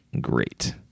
great